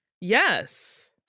Yes